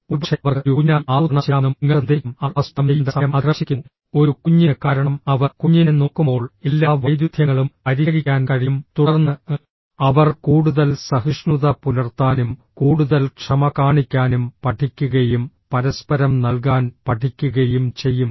ഒരുപക്ഷേ അവർക്ക് ഒരു കുഞ്ഞിനായി ആസൂത്രണം ചെയ്യാമെന്നും നിങ്ങൾക്ക് നിർദ്ദേശിക്കാം അവർ ആസൂത്രണം ചെയ്യേണ്ട സമയം അതിക്രമിച്ചിരിക്കുന്നു ഒരു കുഞ്ഞിന് കാരണം അവർ കുഞ്ഞിനെ നോക്കുമ്പോൾ എല്ലാ വൈരുദ്ധ്യങ്ങളും പരിഹരിക്കാൻ കഴിയും തുടർന്ന് അവർ കൂടുതൽ സഹിഷ്ണുത പുലർത്താനും കൂടുതൽ ക്ഷമ കാണിക്കാനും പഠിക്കുകയും പരസ്പരം നൽകാൻ പഠിക്കുകയും ചെയ്യും